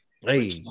Hey